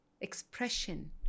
expression